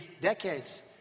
decades